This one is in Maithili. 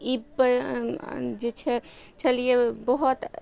ई पर जे छै छ छलियै बहुत